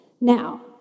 Now